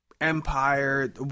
empire